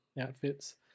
outfits